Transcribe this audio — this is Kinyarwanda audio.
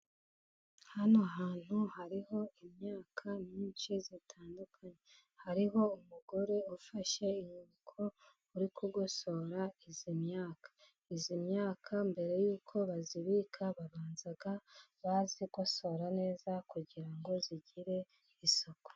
Hano hantu hariho imyaka myinshi itandukanye. Hariho umugore ufashe inkoko uri kugosora iyi myaka. Iyi myaka mbere y'uko bayibika babanza bayigosora neza kugira ngo igire isuku.